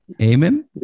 Amen